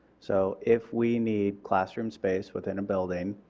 so if we need classroom space within a building